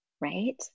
right